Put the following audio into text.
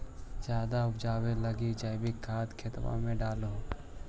जायदे उपजाबे लगी जैवीक खाद खेतबा मे डाल हो?